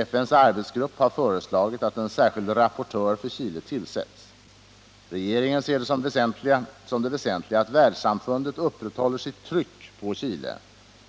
FN:s arbetsgrupp har föreslagit att en särskild rapportör för Chile tillsätts. Regeringen ser som det väsentliga att världssamfundet upprätthåller sitt tryck på Chile